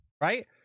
Right